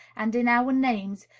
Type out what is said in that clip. and in our names,